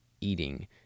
eating